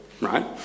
right